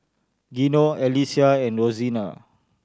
Gino Alesia and Rosena